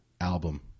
album